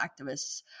activists